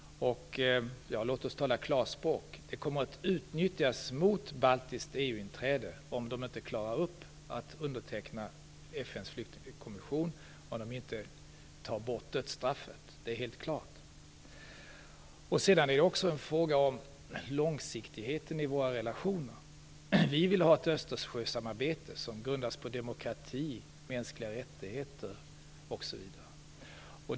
Låt oss tala klarspråk: Det kommer att utnyttjas mot baltiskt EU inträde om inte länderna klarar att underteckna FN:s flyktingkonvention och om de inte tar bort dödsstraffet. Det är helt klart. Det är också en fråga om långsiktigheten i våra relationer. Sverige vill ha ett Östersjösamarbete som grundas på demokrati, mänskliga rättigheter osv.